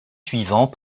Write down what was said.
suivant